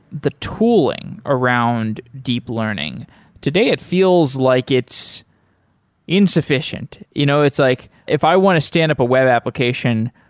the tooling around deep learning today it feels like it's insufficient. you know it's like, if i want to stand up a web application,